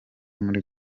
muri